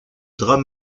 drame